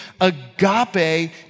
Agape